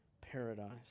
paradise